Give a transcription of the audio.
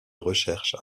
recherches